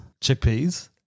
chickpeas